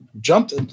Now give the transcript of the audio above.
jumped